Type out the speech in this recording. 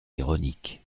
ironique